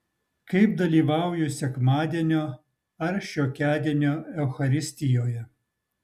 kaip dalyvauju sekmadienio ar šiokiadienio eucharistijoje